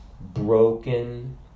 broken